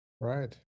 right